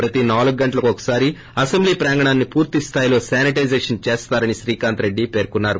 ప్రతి నాలుగు గంటలకు ఒకసారి అసెంబ్లీ ప్రాంగణాన్ని పూర్తి స్లాయిలో శానిటైజ్ చేస్తారని శ్రీకాంత్రెడ్డి పేర్కొన్నారు